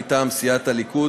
מטעם סיעת הליכוד,